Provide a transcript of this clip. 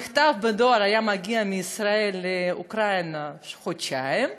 מכתב בדואר היה מגיע מישראל לאוקראינה אחרי חודשיים.